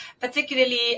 particularly